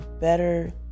better